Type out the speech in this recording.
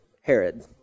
Herod